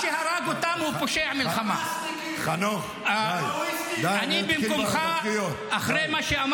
חנוך מלביצקי, בבקשה, לא להפריע.